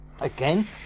again